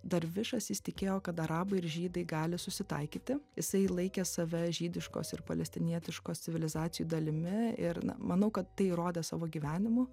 darvišas jis tikėjo kad arabai ir žydai gali susitaikyti jisai laikė save žydiškos ir palestinietiškos civilizacijų dalimi ir na manau kad tai rodė savo gyvenimu